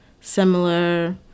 similar